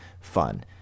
fun